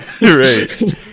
right